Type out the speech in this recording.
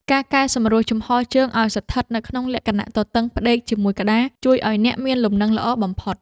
ការកែសម្រួលជំហរជើងឱ្យស្ថិតក្នុងលក្ខណៈទទឹងផ្ដេកជាមួយក្ដារ ជួយឱ្យអ្នកមានលំនឹងល្អបំផុត។